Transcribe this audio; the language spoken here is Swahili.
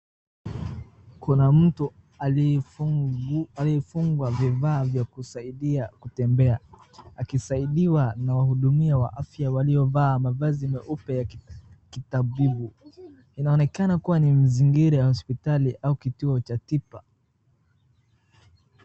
Kuna mtu aliyefungwa vifaa vya kusaidia kutembea akisaidiwa na wahudumia wa afya waliovaa mavazi meupe ya kitabibu. Inaonekana kuwa ni mazingira ya hospitali au kituo cha tiba.